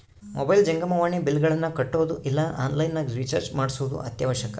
mobile ಜಂಗಮವಾಣಿ ಬಿಲ್ಲ್ಗಳನ್ನ ಕಟ್ಟೊದು ಇಲ್ಲ ಆನ್ಲೈನ್ ನಗ ರಿಚಾರ್ಜ್ ಮಾಡ್ಸೊದು ಅತ್ಯವಶ್ಯಕ